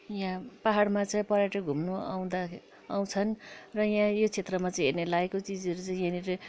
यहाँ पाहाडमा चाहिँ पर्यटक घुम्नु आउँदाखेरि आउँछन् र यहाँ यो क्षेत्रमा चाहिँ हेर्ने लायकको चिजहरू चाहिँ यहाँनिर